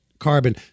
carbon